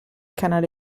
canale